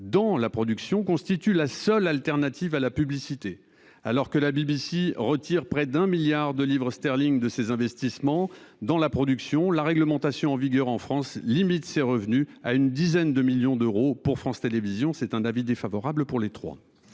dans la production constitue pour ce groupe le seul palliatif à l'absence de publicité. Alors que la BBC retire près d'1 milliard de livres sterling de ses investissements dans la production, la réglementation en vigueur en France limite ces revenus à une dizaine de millions d'euros pour France Télévisions. L'avis est donc défavorable sur ces deux